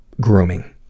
grooming